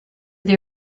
they